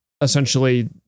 essentially